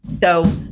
So-